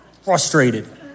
frustrated